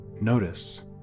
Notice